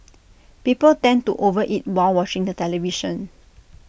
people tend to over eat while watching the television